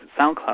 SoundCloud